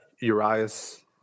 Urias